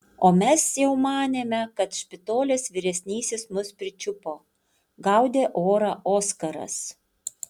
o mes jau manėme kad špitolės vyresnysis mus pričiupo gaudė orą oskaras